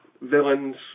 villains